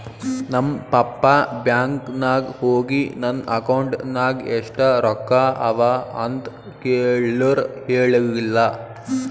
ನಮ್ ಪಪ್ಪಾ ಬ್ಯಾಂಕ್ ನಾಗ್ ಹೋಗಿ ನನ್ ಅಕೌಂಟ್ ನಾಗ್ ಎಷ್ಟ ರೊಕ್ಕಾ ಅವಾ ಅಂತ್ ಕೇಳುರ್ ಹೇಳಿಲ್ಲ